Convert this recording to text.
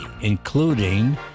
including